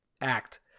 act